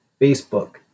Facebook